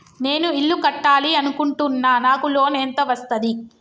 నేను ఇల్లు కట్టాలి అనుకుంటున్నా? నాకు లోన్ ఎంత వస్తది?